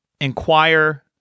Inquire